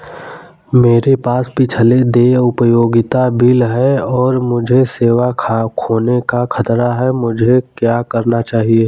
मेरे पास पिछले देय उपयोगिता बिल हैं और मुझे सेवा खोने का खतरा है मुझे क्या करना चाहिए?